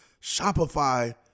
Shopify